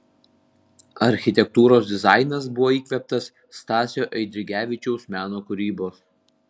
architektūros dizainas buvo įkvėptas stasio eidrigevičiaus meno kūrybos